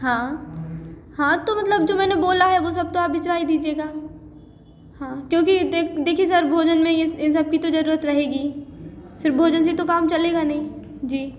हाँ हाँ तो मतलब जो मैंने बोला है वो सब तो आप भिजवा ही दीजिएगा हाँ क्योंकि देख देखिए सर भोजन में ये इन सब की तो जरुरत रहेगी सिर्फ भोजन से तो काम चलेगा नहीं जी